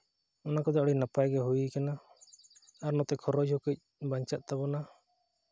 ᱚᱱᱟ ᱠᱚᱫᱚ ᱟᱹᱰᱤ ᱱᱟᱯᱟᱭ ᱜᱮ ᱦᱩᱭ ᱠᱟᱱᱟ ᱟᱨ ᱱᱚᱛᱮ ᱠᱷᱚᱨᱚᱪ ᱦᱚᱸ ᱠᱟᱹᱡ ᱵᱟᱧᱪᱟᱜ ᱛᱟᱵᱚᱱᱟ